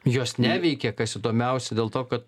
jos neveikė kas įdomiausia dėl to kad